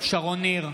שרון ניר,